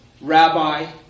rabbi